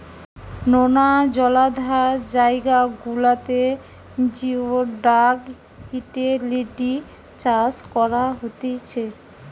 নোনা জলাধার জায়গা গুলাতে জিওডাক হিটেলিডি চাষ করা হতিছে